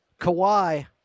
Kawhi